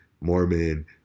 Mormon